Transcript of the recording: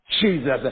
Jesus